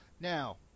now